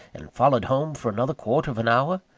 and followed home for another quarter of an hour?